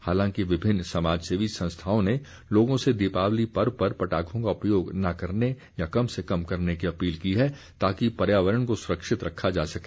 हालांकि विभिन्न समाजसेवी संस्थाओं ने लोगों से दीपावली पर्व पर पटाखों का उपयोग ना करने या कम से कम करने की अपील की है ताकि पर्यावरण को सुरक्षित रखा जा सके